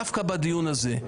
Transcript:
דווקא בדיון הזה,